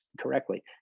correctly